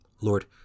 Lord